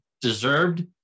deserved